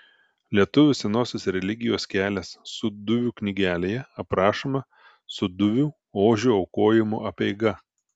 lietuvių senosios religijos kelias sūduvių knygelėje aprašoma sūduvių ožio aukojimo apeiga